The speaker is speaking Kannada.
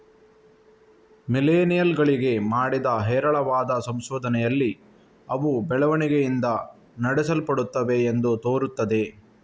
ಮಿಲೇನಿಯಲ್ ಗಳಿಗೆ ಮಾಡಿದ ಹೇರಳವಾದ ಸಂಶೋಧನೆಯಲ್ಲಿ ಅವು ಬೆಳವಣಿಗೆಯಿಂದ ನಡೆಸಲ್ಪಡುತ್ತವೆ ಎಂದು ತೋರುತ್ತದೆ